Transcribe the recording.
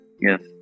yes